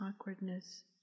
awkwardness